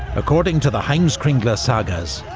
according to the heimskringla sagas,